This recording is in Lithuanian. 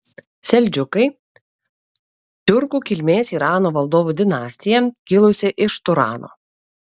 seldžiukai tiurkų kilmės irano valdovų dinastija kilusi iš turano